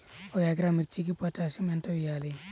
ఒక ఎకరా మిర్చీకి పొటాషియం ఎంత వెయ్యాలి?